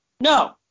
No